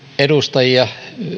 edustajia